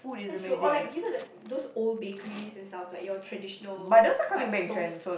that's true or like you know like those old bakeries and stuff like your traditional cut toast